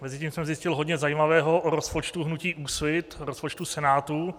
Mezitím jsem zjistil hodně zajímavého o rozpočtu hnutí Úsvit, o rozpočtu Senátu.